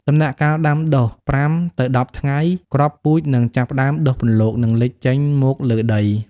ដំណាក់កាលដំដុះ ៥ទៅ១០ ថ្ងៃ គ្រាប់ពូជនឹងចាប់ផ្តើមដុះពន្លក និងលេចចេញមកលើដី។